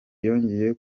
yongeye